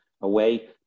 away